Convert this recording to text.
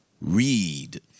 read